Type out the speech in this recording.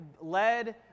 led